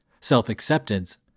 self-acceptance